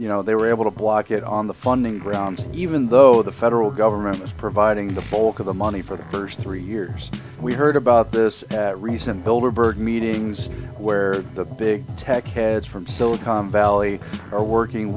you know they were able to block it on the funding grounds even though the federal government is providing the fork of the money for the first three years we heard about this recent builder bird meetings where the big tech heads from silicon valley are working